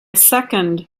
second